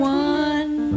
one